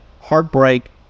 heartbreak